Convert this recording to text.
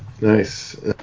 Nice